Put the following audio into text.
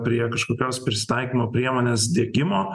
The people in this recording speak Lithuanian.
prie kažkokios prisitaikymo priemonės diegimo